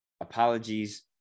apologies